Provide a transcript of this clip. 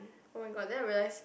[oh]-my-god then I realise